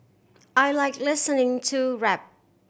I like listening to rap